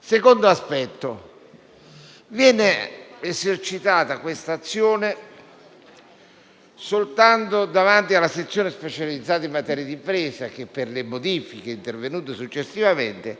Secondo aspetto: l'azione viene esercitata soltanto davanti alla sezione specializzata in materia d'impresa che, per le modifiche intervenute successivamente,